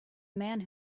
man